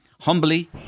humbly